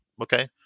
okay